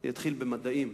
אני אתחיל במדעים.